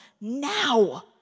now